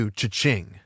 cha-ching